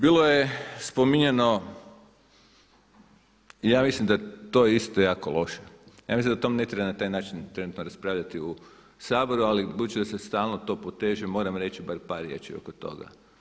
Bilo je spominjano, ja mislim da je to isto jako loše, ja mislim da o tom ne treba na taj način trenutno raspravljati u Saboru ali budući da se stalno to poteže moram reći bar par riječi oko toga.